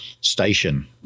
station